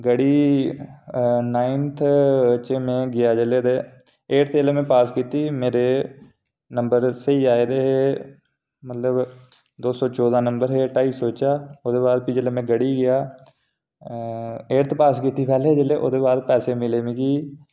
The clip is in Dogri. गढ़ी नाइनथ च में गेआ जेल्लै एठथ जेल्लै में पास कीती मेरे नम्बर स्हेई आए दे हे मतलब दो सौ चौदां नम्बर हे ढाई सौ चा ओह्दे बाद भी जेल्लै में गढ़ी गेआ एठथ पास कीती जेल्लै ओह्दे बाद पैसे मिले